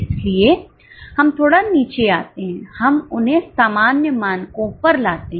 इसीलिए हम थोड़ा नीचे आते हैं हम उन्हें सामान्य मानकों पर लाते हैं